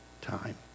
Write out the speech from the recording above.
time